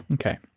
ok